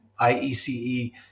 IECE